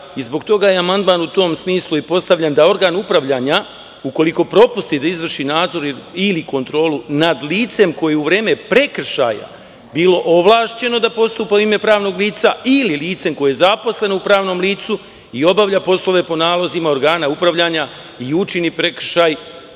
zbog toga je amandman u tom smislu i postavljen, da organ upravljanja, ukoliko propusti da izvrši nadzor ili kontrolu nad licem koje je u vreme prekršaja bilo ovlašćeno da postupa u ime pravnog lica, ili lice koje je zaposleno u pravnom licu i obavlja poslove po nalazima organa upravljanja i učini prekršaj